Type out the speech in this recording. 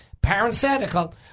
parenthetical